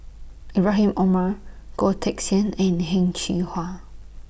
Ibrahim Omar Goh Teck Sian and Heng Cheng Hwa